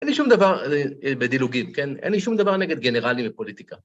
אין לי שום דבר בדילוגים, כן? אין לי שום דבר נגד גנרלים ופוליטיקה.